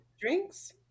drinks